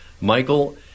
Michael